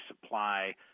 supply